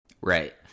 Right